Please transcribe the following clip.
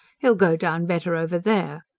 he'll go down better over there,